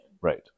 Right